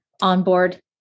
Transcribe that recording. Onboard